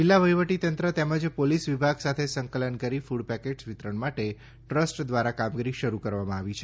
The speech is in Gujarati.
જિલ્લા વહીવટીતંત્ર તેમજ પોલીસ વિભાગ સાથે સંકલન કરી ક્રડપેકેટ વિતરણ માટે ટ્રસ્ટ દ્વારા કામગીરી શરૂ કરવામાં આવી છે